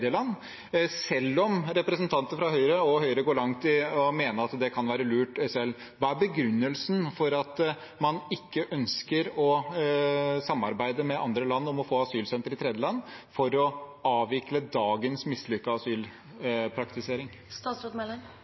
selv om representanter fra Høyre – og Høyre – går langt i å mene at det kan være lurt. Hva er begrunnelsen for at man ikke ønsker å samarbeide med andre land om å få asylsenter i tredjeland for å avvikle dagens mislykkede asylpraktisering? Statsråd Monica Mæland